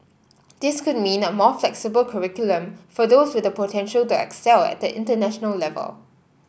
this could mean a more flexible curriculum for those with the potential to excel at the international level